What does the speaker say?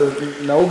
נהוג,